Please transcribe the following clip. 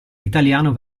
italiano